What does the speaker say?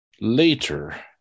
later